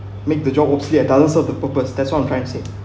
make the job obsolete it doesn't serve the purpose that's what I'm trying to say